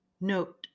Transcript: Note